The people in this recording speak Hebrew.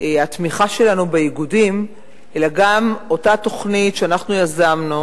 התמיכה שלנו באיגודים אלא גם אותה תוכנית שאנחנו יזמנו,